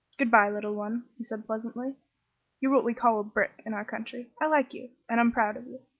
good bye, little one, he said, pleasantly you're what we call a brick in our country. i like you, and i'm proud of you.